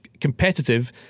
competitive